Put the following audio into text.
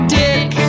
dick